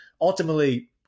ultimately